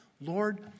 Lord